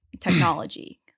technology